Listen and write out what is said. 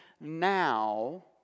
now